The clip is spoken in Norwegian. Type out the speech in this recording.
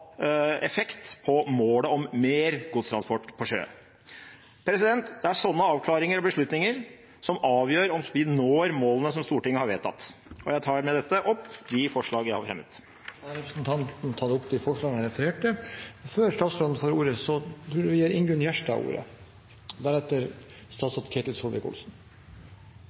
effekt på målet om mer godstransport på sjø? Det er sånne avklaringer og beslutninger som avgjør om vi når målene som Stortinget har vedtatt. Jeg tar med dette opp de forslagene vi har fremmet. Da har representanten Rasmus Hansson tatt opp de forslagene han refererte til. SV sit heller ikkje i transport- og kommunikasjonskomiteen, men vi